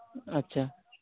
ᱟᱪᱪᱷᱟ